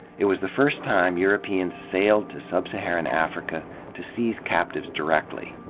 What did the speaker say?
it was the first time europeans sailed to sub-saharan africa to seize captives directly,